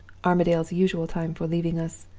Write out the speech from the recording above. armadale's usual time for leaving us.